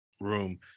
room